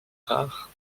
rare